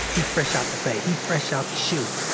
he fresh out the bay. he fresh out the shu.